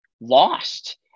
lost